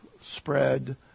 spread